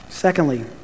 Secondly